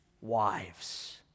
wives